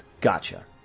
Gotcha